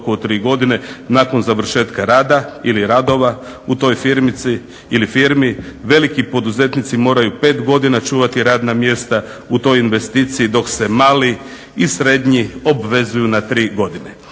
godine nakon završetka rada ili radova u toj firmici ili firmi. Veliki poduzetnici moraju pet godina čuvati radna mjesta u toj investiciji dok se mali i srednji obvezuju na tri godine.